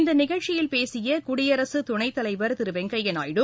இந்த நிகழ்ச்சியில் பேசிய குடியரசுத் துணைத் தலைவர் திரு வெங்கய்யா நாயுடு